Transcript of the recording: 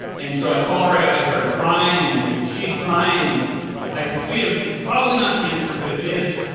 and so, i called her. i started crying and she's crying and i said, sweetheart, it's probably not cancer but if it is,